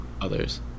Others